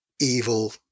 evil